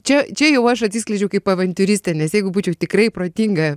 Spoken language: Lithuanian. čia čia jau aš atsiskleidžiau kaip avantiūristė nes jeigu būčiau tikrai protinga